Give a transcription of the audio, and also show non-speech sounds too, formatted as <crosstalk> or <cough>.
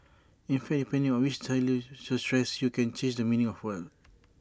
in fact depending on which <unintelligible> you stress you can change the meaning of A word <noise>